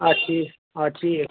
آ ٹھیٖک آ ٹھیٖک